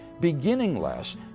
beginningless